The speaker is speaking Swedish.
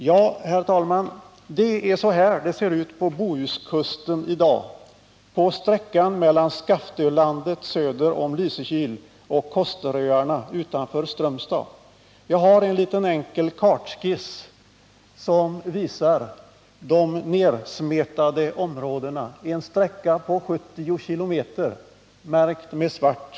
Ja, herr talman, det är så här det ser ut på Bohuskusten i dag, på sträckan mellan Skaftölandet söder om Lysekil och Kosteröarna utanför Strömstad. På bildskärmen visas just nu en enkel kartskiss där de nedsmetade områdena — en sträcka på 70 km — är utmärkta med svart.